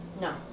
no